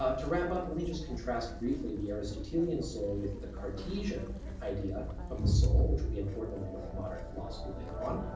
ah to wrap up, let me just contrast briefly the aristotelian soul with the cartesian idea of the soul, which will be important when we look at modern philosophy later on.